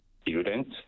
students